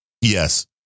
Yes